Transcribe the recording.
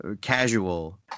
casual